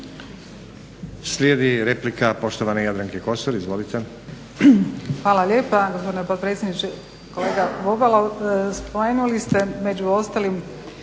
Slijedi replika poštovane Jadranke Kosor. Izvolite.